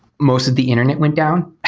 most of the internet went down.